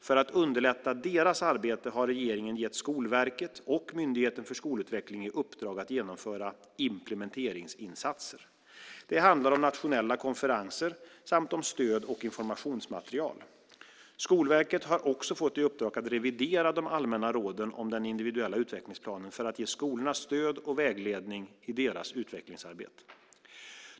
För att underlätta deras arbete har regeringen gett Skolverket och Myndigheten för skolutveckling i uppdrag att genomföra implementeringsinsatser. Det handlar om nationella konferenser, samt om stöd och informationsmaterial. Skolverket har också fått i uppdrag att revidera de allmänna råden om den individuella utvecklingsplanen för att ge skolorna stöd och vägledning i deras utvecklingsarbete.